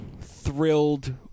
thrilled